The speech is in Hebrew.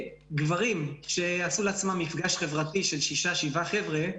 גברים שעשו לעצמם מפגש חברתי של שישה-שבעה חבר'ה,